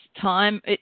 time